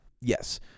Yes